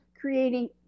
creating